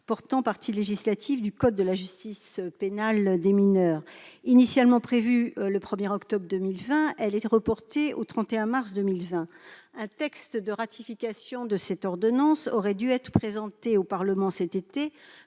portant partie législative du code de la justice pénale des mineurs. Cette entrée en vigueur, initialement prévue le 1 octobre 2020, est reportée au 31 mars 2021. Un texte de ratification de cette ordonnance aurait dû être présenté au Parlement l'été